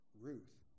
Ruth